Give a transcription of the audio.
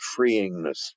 freeingness